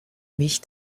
mich